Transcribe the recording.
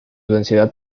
densidad